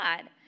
God